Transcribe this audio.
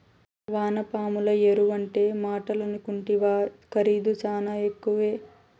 వానపాముల ఎరువంటే మాటలనుకుంటివా ఖరీదు శానా ఎక్కువే